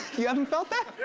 you haven't felt that?